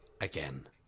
again